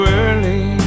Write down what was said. early